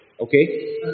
okay